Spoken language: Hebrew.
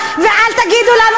תודה רבה.